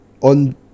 on